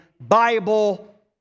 Bible